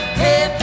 hey